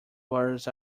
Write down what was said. birds